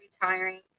retiring